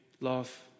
love